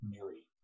Mary